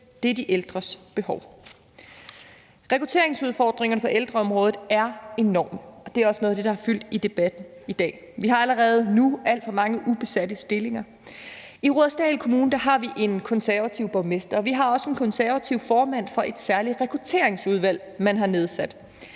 det er de ældres behov. Rekrutteringsudfordringerne på ældreområdet er enorm, og det er også noget af det, der har fyldt i debatten i dag. Vi har allerede nu alt for mange ubesatte stillinger. I Rudersdal Kommune har vi en konservativ borgmester, og vi har også en konservativ formand for et særligt rekrutteringsudvalg, man har nedsat.